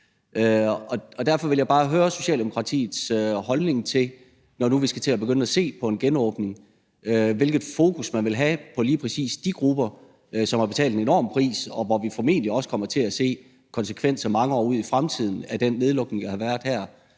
Derfor vil jeg bare høre Socialdemokratiets holdning til det, når nu vi skal til at begynde at se på en genåbning. Hvilket fokus vil man have på lige præcis de grupper, som har betalt en enorm pris, og hvor vi formentlig også kommer til at se konsekvenser af den nedlukning, der har været her,